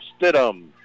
Stidham